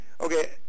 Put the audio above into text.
Okay